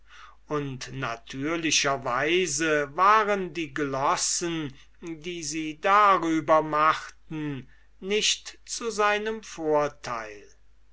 und natürlicher weise waren die glossen so sie darüber machten nicht zu seinem vorteil